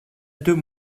deux